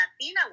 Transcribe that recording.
Latina